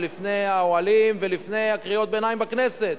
לפני האוהלים ולפני קריאות הביניים בכנסת.